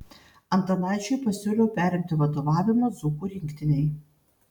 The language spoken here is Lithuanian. antanaičiui pasiūliau perimti vadovavimą dzūkų rinktinei